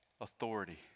authority